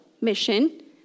mission